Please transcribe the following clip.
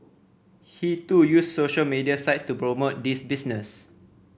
he too used social media sites to promote this business